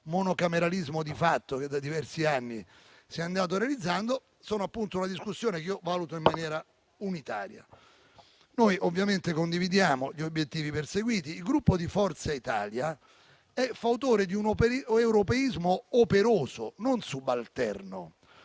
monocameralismo di fatto che da diversi anni si è andato realizzando), sono momenti che io valuto in maniera unitaria. Noi ovviamente condividiamo gli obiettivi perseguiti. Il Gruppo Forza Italia è fautore di un europeismo operoso, non subalterno.